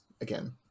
Again